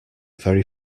very